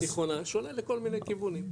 ערבה תיכונה שונה לכל מיני כיוונים.